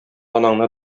анаңны